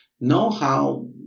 know-how